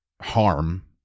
harm